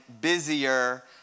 busier